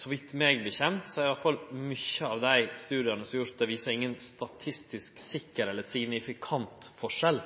Så vidt eg kjenner til, viser i alle fall mange av dei studiane som er gjorde, ingen statistisk sikker eller signifikant forskjell